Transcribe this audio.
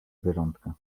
zwierzątka